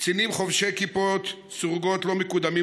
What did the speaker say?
קצינים חובשי כיפות סרוגות לא מקודמים,